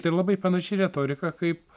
tai labai panaši retorika kaip